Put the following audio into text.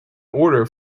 order